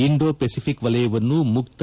Indo Pacific ವಲಯವನ್ನು ಮುಕ್ತ